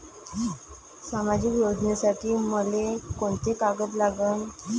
सामाजिक योजनेसाठी मले कोंते कागद लागन?